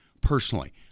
personally